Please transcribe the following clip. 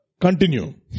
continue